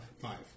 five